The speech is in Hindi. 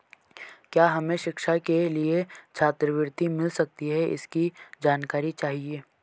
क्या हमें शिक्षा के लिए छात्रवृत्ति मिल सकती है इसकी जानकारी चाहिए?